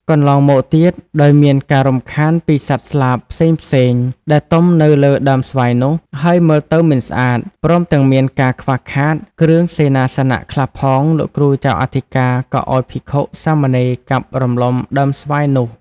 កន្លងមកទៀត ដោយមានការរំខានពីសត្វស្លាបផ្សេងៗ ដែលទុំនៅលើដើមស្វាយនោះ ហើយមើលទៅមិនស្អាត ព្រមទាំងមានការខ្វះខាតគ្រឿងសេនាសនៈខ្លះផង លោកគ្រូចៅអធិការ ក៏ឲ្យភិក្ខុ-សាមណេរកាប់រំលំដើមស្វាយនោះ។